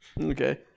Okay